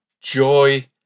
joy